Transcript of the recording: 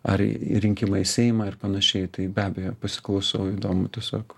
ar rinkimai į seimą ir panašiai tai be abejo pasiklausau įdomu tiesiog